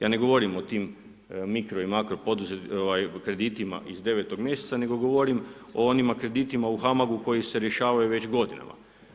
Ja ne govorim o tim mikro i makro kreditima iz 9-og mjeseca, nego govorim o onim kreditima u HAMAG-u koji se rješavaju već godinama.